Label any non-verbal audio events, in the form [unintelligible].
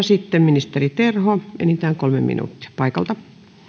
[unintelligible] sitten ministeri terho enintään kolme minuuttia paikalta